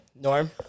Norm